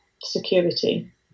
security